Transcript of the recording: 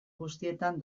guztietan